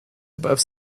above